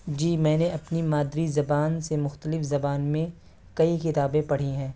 جی میں نے اپنی مادری زبان سے مختلف زبان میں کئی کتابیں پڑھی ہیں